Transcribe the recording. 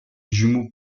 jumeaux